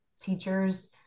teachers